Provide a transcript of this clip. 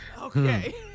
Okay